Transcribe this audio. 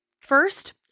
First